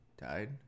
died